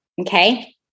Okay